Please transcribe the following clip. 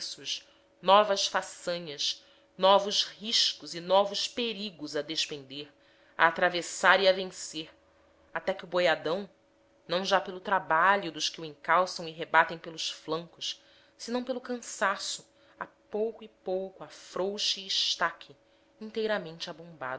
arremessos novas façanhas novos riscos e novos perigos a despender a atravessar e a vencer até que o boiadão não já pelo trabalho dos que o encalçam e rebatem pelos flancos senão pelo cansaço a pouco e pouco afrouxe e estaque inteiramente abombado